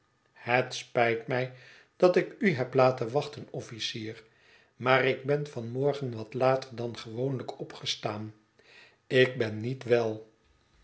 het spijt mij dat ik u heb laten wachten officier maar ik ben van morgen wat later dan gewoonlijk opgestaan ik ben niet wel